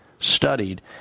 studied